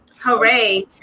Hooray